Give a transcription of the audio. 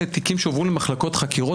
תיקים שהועברו למחלקות חקירות.